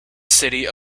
city